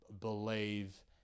believe